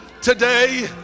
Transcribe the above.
today